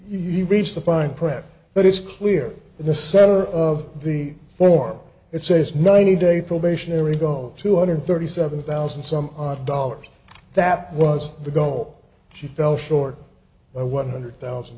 even reached the fine print but it's clear in the center of the form it says ninety day probationary go two hundred thirty seven thousand some odd dollars that was the go she fell short of one hundred thousand